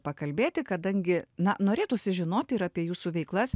pakalbėti kadangi na norėtųsi žinoti ir apie jūsų veiklas